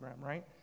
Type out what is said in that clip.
right